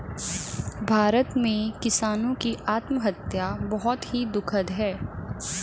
भारत में किसानों की आत्महत्या बहुत ही दुखद है